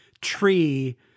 tree